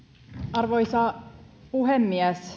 arvoisa puhemies